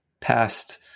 past